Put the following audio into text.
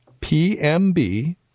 PMB